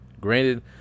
Granted